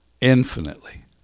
infinitely